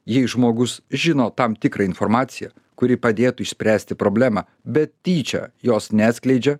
jei žmogus žino tam tikrą informaciją kuri padėtų išspręsti problemą bet tyčia jos neatskleidžia